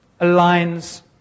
aligns